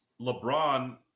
LeBron